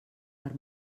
per